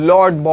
Lord